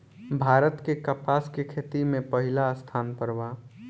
भारत के कपास के खेती में पहिला स्थान पर बा